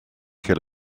kill